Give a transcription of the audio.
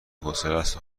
حوصلست